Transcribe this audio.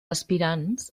aspirants